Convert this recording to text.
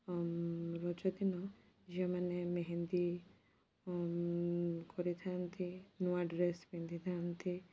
ଆଉ ରଜଦିନ ଝିଅମାନେ ମେହେନ୍ଦୀ କରିଥାନ୍ତି ନୂଆ ଡ୍ରେସ୍ ପିନ୍ଧିଥାନ୍ତି